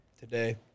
today